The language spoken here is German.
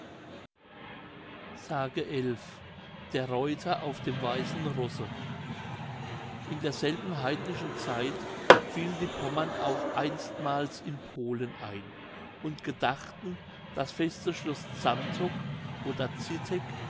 s der reuter auf dem weißen rosse in derselben heidnischen zeit fielen die pommern auch einstmals in polen ein und gedachten das feste schloß zantok oder zittek